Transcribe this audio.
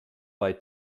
bei